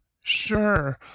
Sure